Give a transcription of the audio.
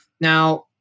Now